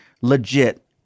legit